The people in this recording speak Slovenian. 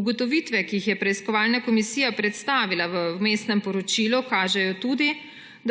Ugotovitve, ki jih je preiskovalna komisija predstavila v vmesnem poročilu, kažejo tudi,